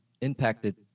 impacted